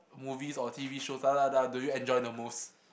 movies or T_V shows da da da do you enjoy the most